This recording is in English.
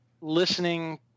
listening